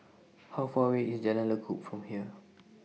How Far away IS Jalan Lekub from here